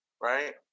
right